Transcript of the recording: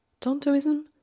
Tontoism